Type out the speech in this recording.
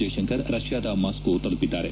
ಜೈಶಂಕರ್ ರಷ್ಯಾದ ಮಾಸ್ಕೋ ತಲುಪಿದ್ದಾರೆ